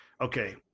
okay